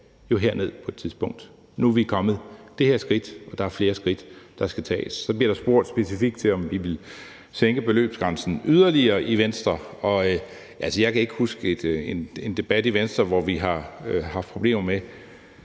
jo herned på et tidspunkt. Nu er vi kommet det her skridt videre, og der er flere skridt, der skal tages. Så bliver der spurgt: Hvis vi fik muligheden, ville vi i Venstre så sænke beløbsgrænsen yderligere? Altså, jeg kan ikke huske en debat i Venstre, hvor vi har haft problemer med,